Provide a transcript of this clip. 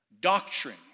Doctrine